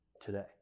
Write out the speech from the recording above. today